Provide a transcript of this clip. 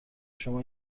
شما